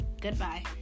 goodbye